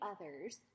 others